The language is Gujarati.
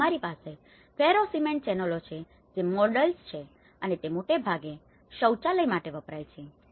તેથી તમારી પાસે ફેરો સિમેન્ટ ચેનલો છે જે મોલ્ડસ છે અને તે મોટે ભાગે શૌચાલય માટે વપરાય છે